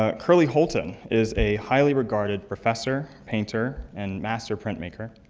ah curlee holton is a highly-regarded professor, painter, and master print maker.